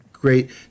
great